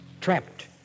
Trapped